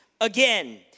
again